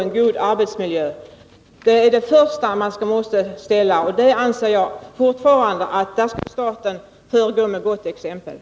Avser arbetsmakrnadsministern att vidta åtgärder för att förhindra att Samhällsföretag plagierar produkter som redan tillverkas i enskilda företag?